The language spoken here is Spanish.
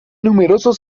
numerosos